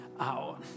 out